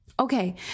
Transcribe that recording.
Okay